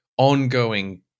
Ongoing